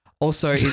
Also-